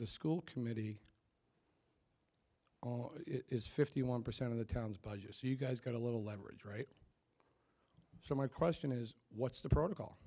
the school committee is fifty one percent of the town's budget so you guys got a little leverage right so my question is what's the protocol